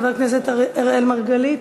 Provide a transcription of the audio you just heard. חבר הכנסת אראל מרגלית,